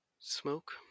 Smoke